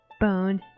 Boned